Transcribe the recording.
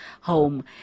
home